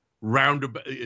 roundabout